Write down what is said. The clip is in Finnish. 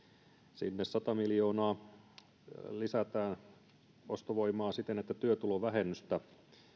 sinne sata miljoonaa lisätään ostovoimaa siten että työtulovähennystä